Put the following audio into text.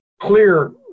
clear